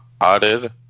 added